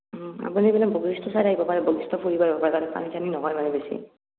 আপুনি এইফালে বশিষ্ট চাইদে আহিব পাৰে বশিষ্ট ফুৰিব যাব পাৰে তাত পানী চানী নহয় মানে বাছি